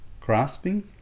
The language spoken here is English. Grasping